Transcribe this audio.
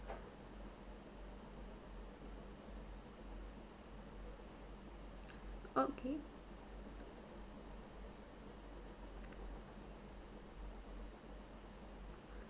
okay